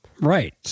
right